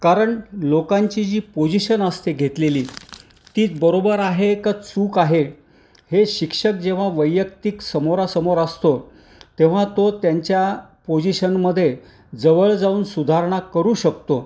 कारण लोकांची जी पोजिशन असते घेतलेली ती बरोबर आहे का चूक आहे हे शिक्षक जेव्हा वैयक्तिक समोरासमोर असतो तेव्हा तो त्यांच्या पोजिशनमध्ये जवळ जाऊन सुधारणा करू शकतो